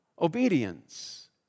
obedience